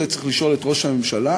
צריך לשאול את ראש הממשלה.